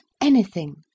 anything